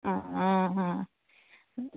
অ অ অ